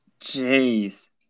Jeez